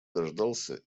дождался